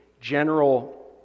general